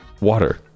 water